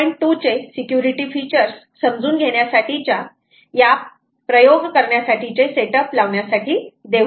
2 चे security features समजून घेण्यासाठीच्या या प्रयोग करण्यासाठीचे सेटअप लावण्यासाठी देऊयात